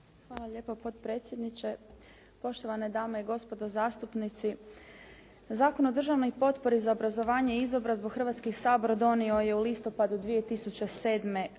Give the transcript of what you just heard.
Hvala lijepo potpredsjedniče. Poštovane dame i gospodo zastupnici Zakon o državnoj potpori za obrazovanje i izobrazbu Hrvatskog sabora donio je u listopadu 2007.